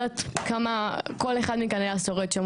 לא יודעת כמה כל אחד מכאן היה שורד שם,